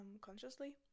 consciously